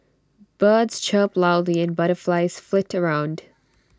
birds chirp loudly and butterflies flit around